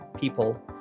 people